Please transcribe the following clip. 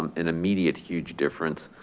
um an immediate huge difference